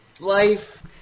life